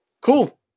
Cool